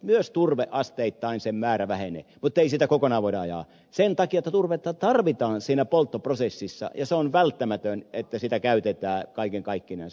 myös turpeen määrä asteittain vähenee mutta ei sitä kokonaan voida ajaa alas sen takia että turvetta tarvitaan siinä polttoprosessissa ja se on välttämätön että sitä käytetään kaiken kaikkinensa